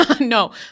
No